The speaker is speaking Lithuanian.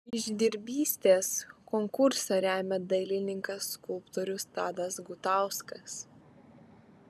kryždirbystės konkursą remia dailininkas skulptorius tadas gutauskas